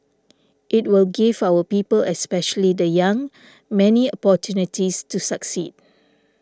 it will give our people especially the young many opportunities to succeed